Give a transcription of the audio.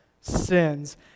sins